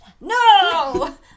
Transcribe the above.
No